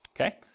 okay